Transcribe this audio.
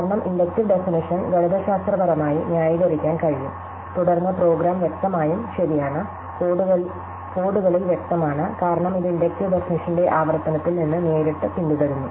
കാരണം inductive definition ഗണിതശാസ്ത്രപരമായി ന്യായീകരിക്കാൻ കഴിയും തുടർന്ന് പ്രോഗ്രാം വ്യക്തമായും ശരിയാണ് കോഡുകളിൽ വ്യക്തമാണ് കാരണം ഇത് ഇൻഡക്റ്റീവ് ഡെഫനിഷന്റെ ആവർത്തനത്തിൽ നിന്ന് നേരിട്ട് പിന്തുടരുന്നു